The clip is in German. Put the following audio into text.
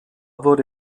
wurde